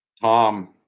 Tom